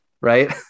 Right